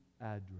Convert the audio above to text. address